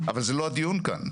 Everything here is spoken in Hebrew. אבל זה לא הדיון כאן.